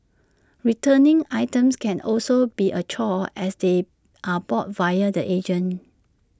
returning items can also be A chore as they are bought via the agent